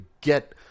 get